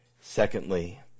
secondly